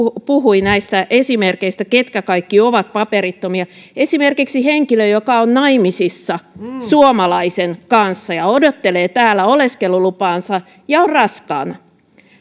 puhui näistä esimerkeistä ketkä kaikki ovat paperittomia esimerkiksi henkilö joka on naimisissa suomalaisen kanssa ja odottelee täällä oleskelulupaansa ja on raskaana